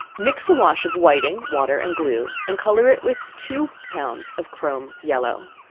mix a wash of whiting, water and glue, and color it with two pounds of chrome yellow.